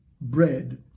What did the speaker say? bread